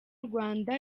rwanda